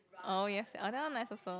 oh yes ah that one nice also